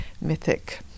mythic